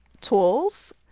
tools